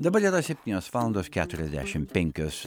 dabar yra septynios valandos keturiasdešim penkios